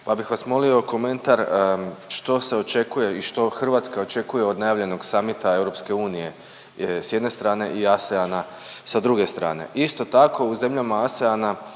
pa bih vas molio komentar što se očekuje i što Hrvatska očekuje od najavljenog summita EU s jedne strane i ASEAN-a s druge strane. Isto tako u zemljama ASEAN-a